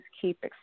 keep